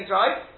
right